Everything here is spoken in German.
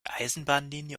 eisenbahnlinie